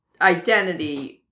identity